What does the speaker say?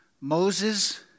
Moses